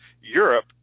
Europe